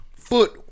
foot